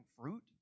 fruit